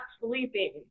sleeping